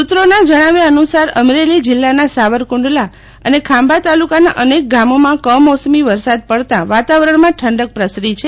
સુત્રોના જણાવ્યા અનુસાર અમરેલી જીલ્લાના સાવરકુંડલા અને ખાંભા તાલુકાના અનેક ગામોમાં કમોસમી વરસાદ પડતા વાતાવરણ માં ઠંડક પ્રસરી છે